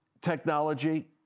technology